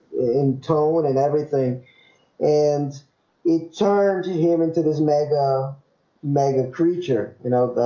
tone and everything and it charging him into this mega mega creature you know,